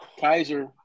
Kaiser